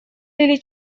или